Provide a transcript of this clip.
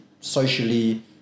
socially